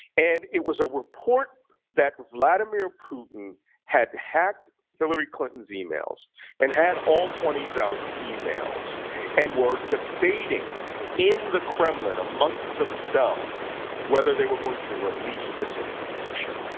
and it was a report that vladimir putin had hacked hillary clinton's emails and had all twenty thousand emails and were debating in the kremlin amongst themselves whether they were going to release this information.